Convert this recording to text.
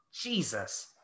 jesus